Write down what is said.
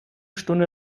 stunde